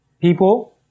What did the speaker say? people